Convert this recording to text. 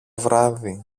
βράδυ